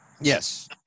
Yes